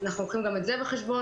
אנחנו לוקחים גם את זה בחשבון,